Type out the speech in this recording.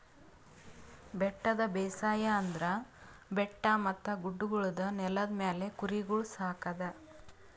ಬೆಟ್ಟದ ಬೇಸಾಯ ಅಂದುರ್ ಬೆಟ್ಟ ಮತ್ತ ಗುಡ್ಡಗೊಳ್ದ ನೆಲದ ಮ್ಯಾಲ್ ಕುರಿಗೊಳ್ ಸಾಕದ್